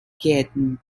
gärten